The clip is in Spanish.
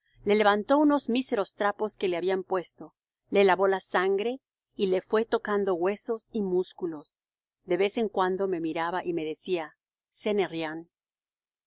le levantó unos míseros trapos que le habían puesto le lavó la sangre y le fué tocando huesos y músculos de vez en cuando me miraba y me decía i